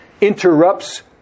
interrupts